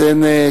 אז אין.